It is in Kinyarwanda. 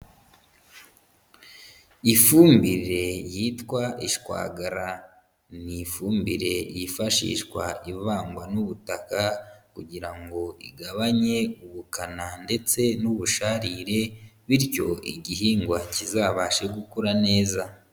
Ifumbire yitwa ishwagara ni ifumbire yifashishwa ivangwa n'ubutaka kugira ngo igabanye ubukana ndetse n'ubusharire bityo igihingwa kizabashe gukura neza.